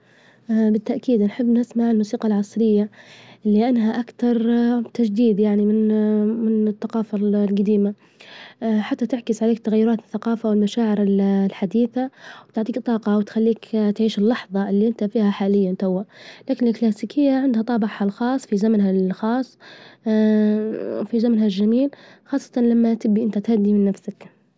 بالتأكيد نحب نسمع الموسيجى العصرية لأنها أكتررر تجديد يعني من من الثجافة الجديمة، حتى تعكس عليك تغيرات الثجافة والمشاعر الحديثة، وتعطيك الطاجة وتخليك تعيش اللحظة إللي إنت فيها حاليا توه، لكن الكلاسيكية عندها طابع خاص في زمنها الخاص في زمنها الجميل، خاصة لما تبي إنت تهدي من نفسك.